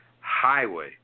highway